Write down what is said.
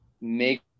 make